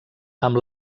amb